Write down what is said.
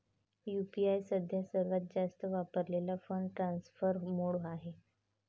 UPI सध्या सर्वात जास्त वापरलेला फंड ट्रान्सफर मोड आहे